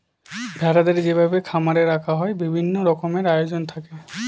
ভেড়াদের যেভাবে খামারে রাখা হয় বিভিন্ন রকমের আয়োজন থাকে